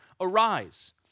Arise